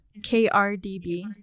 KRDB